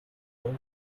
other